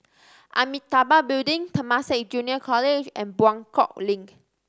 Amitabha Building Temasek Junior College and Buangkok Link